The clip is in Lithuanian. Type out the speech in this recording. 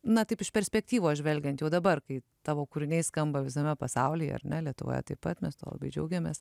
na taip iš perspektyvos žvelgiant jau dabar kai tavo kūriniai skamba visame pasaulyje ar ne lietuvoje taip pat mes tuo labai džiaugiamės